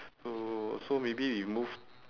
so so maybe we move